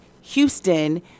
Houston